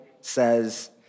says